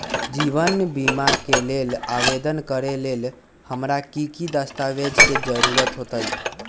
जीवन बीमा के लेल आवेदन करे लेल हमरा की की दस्तावेज के जरूरत होतई?